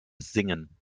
singen